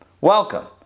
welcome